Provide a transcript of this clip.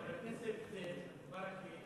חבר הכנסת ברכה,